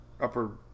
upper